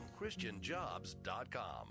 christianjobs.com